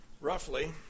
roughly